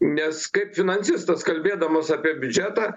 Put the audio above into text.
nes kaip finansistas kalbėdamas apie biudžetą